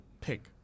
pick